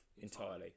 entirely